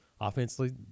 Offensively